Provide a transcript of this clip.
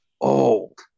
old